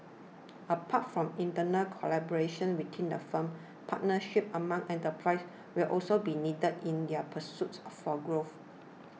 apart from internal collaboration within the firm partnerships among enterprises will also be needed in their pursuit or for growth